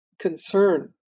concern